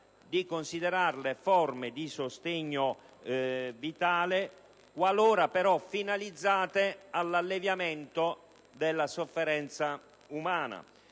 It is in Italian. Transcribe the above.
di considerarle forme di sostegno vitale qualora, però, finalizzate all'alleviamento della sofferenza umana.